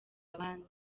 abandi